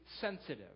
sensitive